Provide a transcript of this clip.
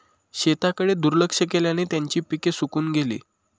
शेताकडे दुर्लक्ष केल्याने त्यांची पिके सुकून गेली